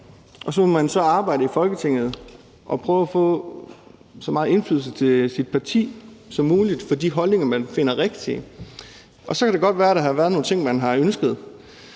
man må så arbejde i Folketinget og prøve at få så meget indflydelse til sit parti som muligt og arbejde for de holdninger, man finder rigtige. Så kan det godt være, der er nogle ting, man har ønsket